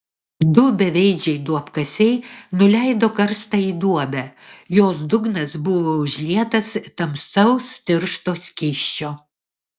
du beveidžiai duobkasiai nuleido karstą į duobę jos dugnas buvo užlietas tamsaus tiršto skysčio